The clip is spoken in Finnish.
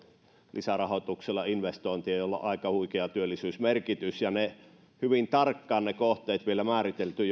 lisärahoituksella investointeja joilla on aika huikea työllisyysmerkitys ja hyvin tarkkaan on vielä määritelty